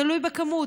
זה תלוי בכמות,